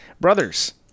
Brothers